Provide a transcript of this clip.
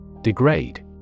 Degrade